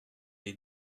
est